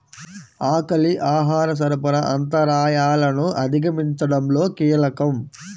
ఆకలి ఆహార సరఫరా అంతరాయాలను అధిగమించడంలో కీలకం